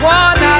one